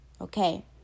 Okay